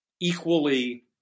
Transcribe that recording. equally